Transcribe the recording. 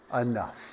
enough